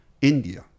India